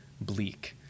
bleak